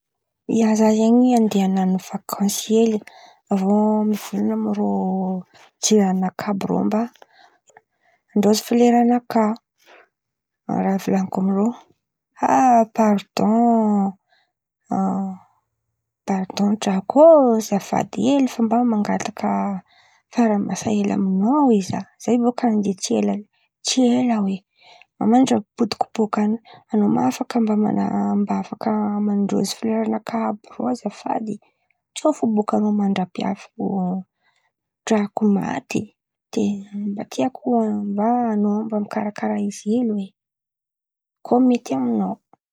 Ia, zah izen̈y andeha an̈ano vakansy hely, avô mivolan̈a amirô jirany nakà àby rô, mba andrôzy fle- flera nakà raha volan̈iko amindrô ah! Pardôn drako ô! Azafady hely fa, mba mangataka fan̈araha-maso amin̈ao hely oe zah. Zah io bôka andeha tsy ela tsy ela oe. Mandrapaha-pipodiko bôka any, anao ma afaka mba mandrôzy folera nakà àby rô? Azafady, tsôa fo bôka mandrapiaviko drako maty, mba tiako mba an̈ô mba mikaràkarà izy hely oe.